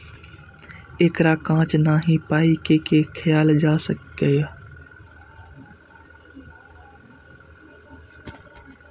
एकरा कांच नहि, पकाइये के खायल जा सकैए